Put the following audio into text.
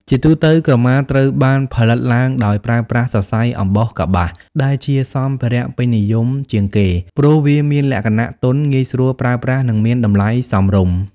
ជាទូទៅ ក្រមាត្រូវបានផលិតឡើងដោយប្រើប្រាស់ សរសៃអំបោះកប្បាស ដែលជាសម្ភារៈពេញនិយមជាងគេ ព្រោះវាមានលក្ខណៈទន់ ងាយស្រួលប្រើប្រាស់ និងមានតម្លៃសមរម្យ។